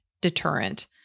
deterrent